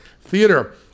theater